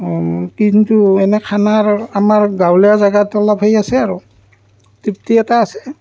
কিন্তু এনে খানাৰ আমাৰ গাঁৱলীয়া জেগাত অলপ হেৰি আছে আৰু তৃপ্তি এটা আছে